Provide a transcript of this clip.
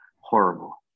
Horrible